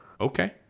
okay